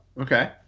okay